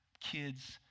kids